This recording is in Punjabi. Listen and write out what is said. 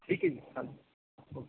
ਠੀਕ ਹੈ ਜੀ ਹਾਂਜੀ ਓਕੇ